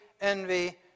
envy